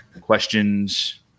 questions